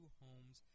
homes